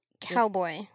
Cowboy